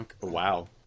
Wow